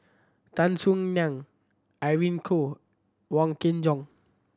Tan Soo Nan Irene Khong Wong Kin Jong